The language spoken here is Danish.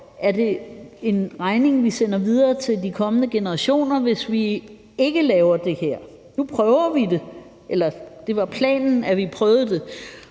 er det en regning, vi sender videre til de kommende generationer, hvis vi ikke laver det her. Nu prøver vi det; eller det er i hvert fald planen her.